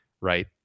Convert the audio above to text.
right